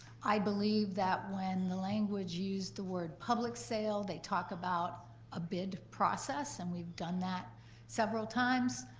i believe that, when the language used the word public sale, they talk about a bid process, and we've done that several times.